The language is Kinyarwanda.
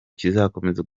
kizakomeza